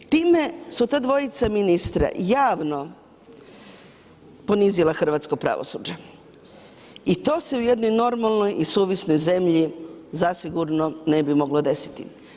Time su ta dvojica ministra javno ponizila hrvatsko pravosuđe i to se u jednoj normalno i suvisloj zemlji zasigurno ne bilo moglo desiti.